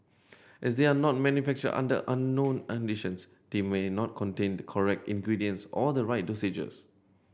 as they are no manufactured under unknown conditions they may not contain the correct ingredients or the right dosages